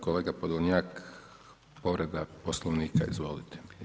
Kolega Podolnjak, povreda Poslovnika, izvolite.